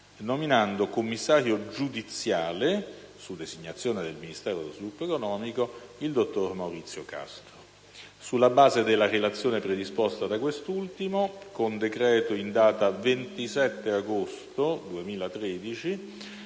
nominando commissario giudiziale, su designazione del Ministro dello sviluppo economico, il dottor Maurizio Castro. Sulla base della relazione predisposta da quest'ultimo, con decreto in data 27 agosto 2013,